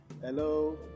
Hello